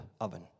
oven